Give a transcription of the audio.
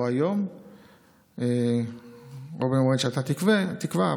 או היום או במועד שאתה תקבע,